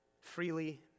freely